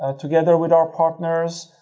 ah together with our partners.